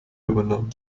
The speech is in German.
übernommen